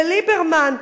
לליברמן,